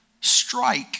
strike